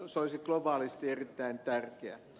se olisi globaalisti erittäin tärkeä